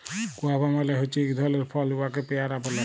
guava মালে হছে ইক ধরলের ফল উয়াকে পেয়ারা ব্যলে